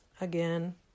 again